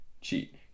cheat